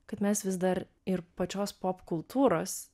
kad mes vis dar ir pačios popkultūros